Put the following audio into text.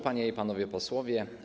Panie i Panowie Posłowie!